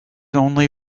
only